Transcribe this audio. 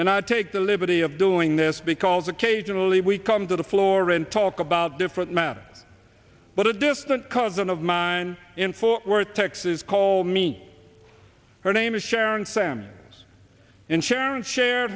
and i take the liberty of doing this because occasionally we come to the floor and talk about different matter but a distant cousin of mine in fort worth texas called me her name is sharon sams in sharon shar